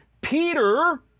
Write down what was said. Peter